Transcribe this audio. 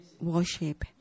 worship